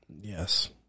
yes